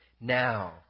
Now